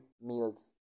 meals